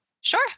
Sure